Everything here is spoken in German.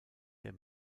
der